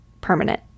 permanent